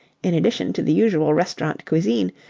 in addition to the usual restaurant cuisine,